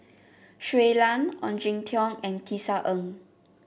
Shui Lan Ong Jin Teong and Tisa Ng